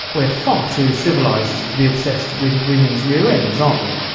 we're far too civilised to be obsessed with women's rear ends, aren't we?